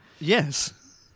Yes